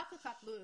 אף אחד לא יודע,